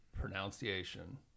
pronunciation